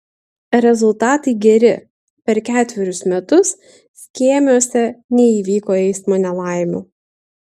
rezultatai geri per ketverius metus skėmiuose neįvyko eismo nelaimių